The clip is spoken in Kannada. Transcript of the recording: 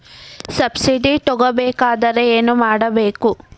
ಸಬ್ಸಿಡಿ ತಗೊಬೇಕಾದರೆ ಏನು ಮಾಡಬೇಕು?